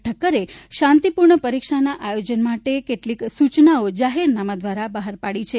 ઠક્કરે શાંતિપૂર્ણ પરીક્ષાના આયોજન માટે કેટલીક સૂચનાઓ જાહેરનામા દ્વારા બહાર પાડી છે